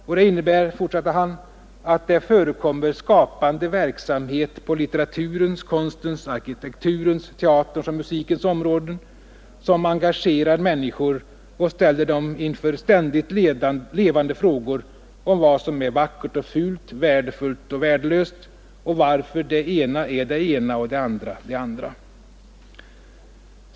Och det innebär, fortsatte han, att det ”förekommer skapande verksamhet på litteraturens, konstens, arkitekturens, teaterns och musikens områden, som engagerar människor och ställer dem inför ständigt levande frågor om vad som är vackert och fult, värdefullt och värdelöst, och varför det ena är det ena och det andra det andra”.